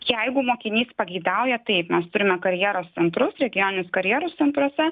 jeigu mokinys pageidauja taip mes turime karjeros centrus regionus karjeros centruose